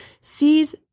sees